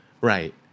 Right